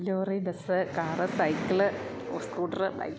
lorry bus car cycle scooter bike